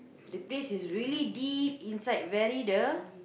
the taste is really deep inside very the